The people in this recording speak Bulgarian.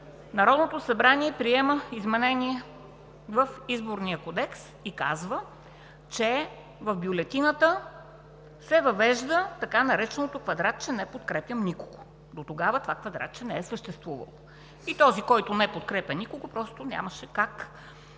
Народното събрание приема изменение в Изборния кодекс и казва, че в бюлетината се въвежда така нареченото квадратче „не подкрепям никого“. Дотогава това квадратче не е съществувало. И този, който не подкрепяше никого, обикновено